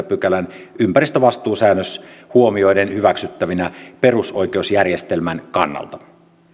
pykälän ympäristövastuusäännös huomioiden hyväksyttävinä perusoikeusjärjestelmän kannalta